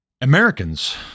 Americans